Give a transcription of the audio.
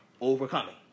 overcoming